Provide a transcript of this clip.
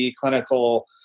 clinical